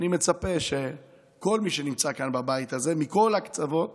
אני מצפה שכל מי שנמצאים כאן בבית הזה מכל הקצוות